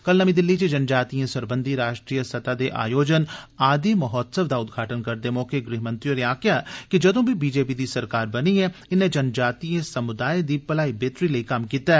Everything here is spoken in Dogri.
कल नमीं दिल्ली च जनजातिएं सरबंधी राष्ट्रीय सतह दे आयोजन ''आदि महोत्सव'' दा उद्घाटन करदे मौके गृह मंत्री होरें आक्खेआ कि जदू बी बीजेपी दी सरकार बनी ऐ इन्नै जनजातीय समुदाएं दी मलाई बेहतरी लेई कम्म कीता ऐ